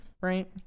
right